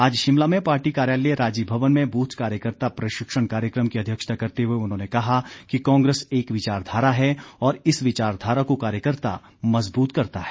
आज शिमला में पार्टी कार्यालय राजीव भवन में ब्रथ कार्यकर्ता प्रशिक्षण कार्यक्रम की अध्यक्षता करते हुए उन्होंने कहा कि कांग्रेस एक विचारधारा है और इस विचारधारा को कार्यकर्ता मजबूत करता है